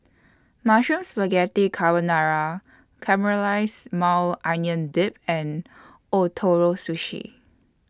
Mushroom Spaghetti Carbonara Caramelized Maui Onion Dip and Ootoro Sushi